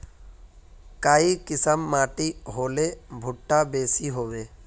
काई किसम माटी होले भुट्टा बेसी होबे?